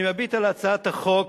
אני מביט על הצעת החוק,